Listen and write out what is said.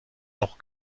noch